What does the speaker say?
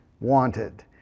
wanted